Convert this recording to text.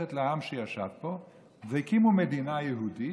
ששייכת לעם שישב פה, והקימו מדינה יהודית,